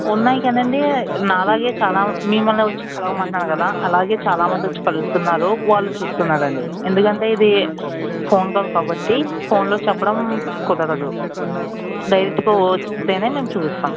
ఉన్నాయి కానీ అండి నాలాగే చాలా మిమ్మల్ని వచ్చి కలవమంటున్నాను కదా అలాగే చాలా మంది వచ్చి కలుస్తున్నారు వాళ్ళు చూస్తున్నారు అండి ఎందుకంటే ఇది ఫోన్ కాల్ కాబట్టి ఫోన్లో చెప్పడం కుదరదు డైరెక్ట్గా వస్తేనే మేము చూపిస్తాం